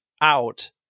out